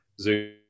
Zoom